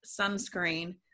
sunscreen